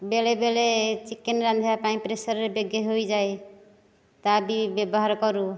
ବେଳେ ବେଳେ ଚିକେନ ରାନ୍ଧିବା ପାଇଁ ପ୍ରେସର୍ରେ ବେଗେ ହୋଇଯାଏ ତାହା ବି ବ୍ୟବହାର କରୁ